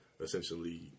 essentially